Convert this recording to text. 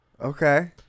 Okay